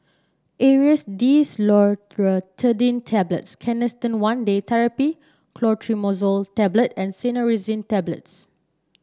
Aerius DesloratadineTablets Canesten One Day Therapy Clotrimazole Tablet and Cinnarizine Tablets